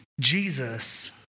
Jesus